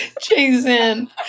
Jason